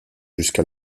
jusqu’à